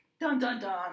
dun-dun-dun